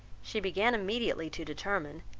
she began immediately to determine,